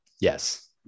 yes